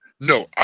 No